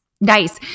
Nice